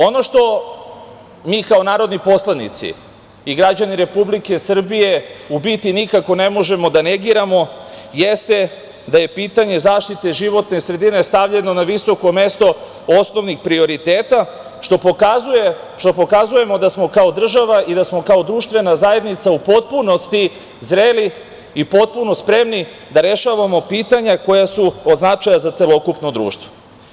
Ono što mi kao narodni poslanici i građani Republike Srbije u biti nikako ne možemo da negiramo jeste da je pitanje zaštite životne sredine stavljeno na visoko mesto osnovnih prioriteta, što pokazujemo da smo kao država i da smo kao društvena zajednica u potpunosti zreli i potpuno spremni da rešavamo pitanja koja su od značaja za celokupno društvo.